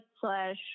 slash